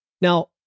Now